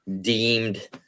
deemed